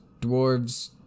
dwarves